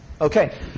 Okay